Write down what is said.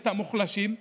את המוחלשים,